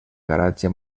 garatge